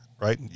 Right